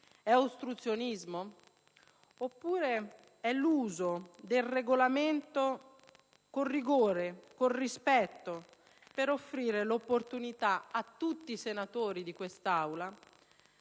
È ostruzionismo? Oppure è l'uso del Regolamento con rigore e rispetto, per offrire l'opportunità a tutti i senatori di questa Aula,